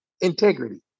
Integrity